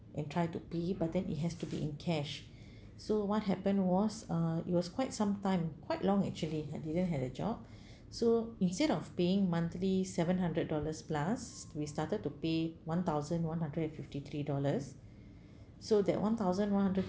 and try to pay but then it has to be in cash so what happen was uh it was quite some time quite long actually I didn't had a job so instead of paying monthly seven hundred dollars plus we started to pay one thousand one hundred and fifty three dollars so that one thousand one hundred